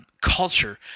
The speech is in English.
culture